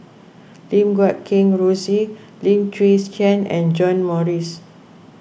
Lim Guat Kheng Rosie Lim Chwee's Chian and John Morrice